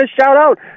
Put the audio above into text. shout-out